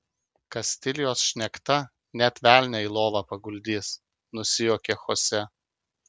kastilijos šnekta net velnią į lovą paguldys nusijuokė chose